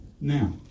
Now